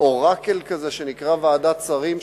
אורקל כזה שנקרא ועדת שרים,